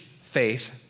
faith